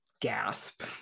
gasp